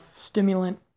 stimulant